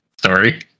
Sorry